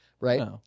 Right